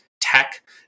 tech